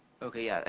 okay, yeah,